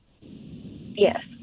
Yes